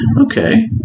Okay